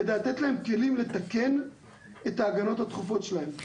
כדי לתת להם כלים לתקן את ההגנות הדחופות שלהם.